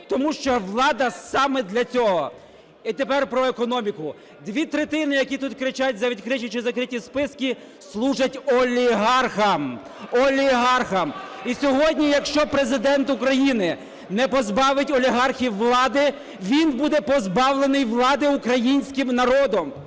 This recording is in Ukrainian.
тому що влада саме для цього. І тепер про економіку. Дві третини, які тут кричать за відкриті чи закриті списки, служать олігархам, олігархам. І сьогодні якщо Президент України не позбавить олігархів влади, він буде позбавлений влади українським народом.